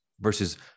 Versus